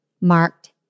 marked